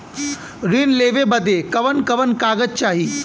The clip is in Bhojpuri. ऋण लेवे बदे कवन कवन कागज चाही?